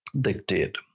dictate